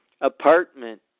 apartment